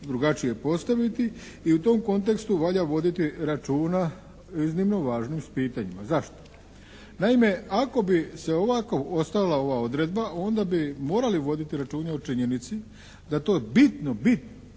drugačije postaviti i u tom kontekstu valja voditi računa o iznimno važnim pitanjima. Zašto? Naime, ako bi ovako ostala ova odredba onda bi morali voditi računa o činjenici da to bitno